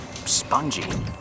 spongy